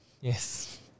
Yes